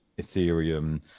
ethereum